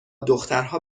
دخترها